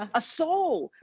ah a soul.